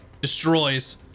Destroys